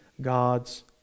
God's